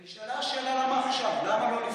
נשאלה השאלה למה עכשיו, למה לא לפני חצי שנה.